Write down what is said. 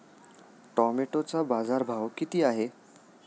टोमॅटोचा बाजारभाव किती आहे?